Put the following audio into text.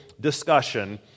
discussion